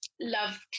love